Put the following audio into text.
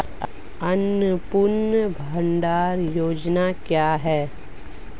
अन्नपूर्णा भंडार योजना क्या है?